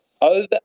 over